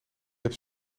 hebt